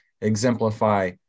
exemplify